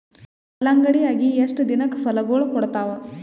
ಕಲ್ಲಂಗಡಿ ಅಗಿ ಎಷ್ಟ ದಿನಕ ಫಲಾಗೋಳ ಕೊಡತಾವ?